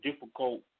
difficult